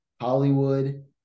Hollywood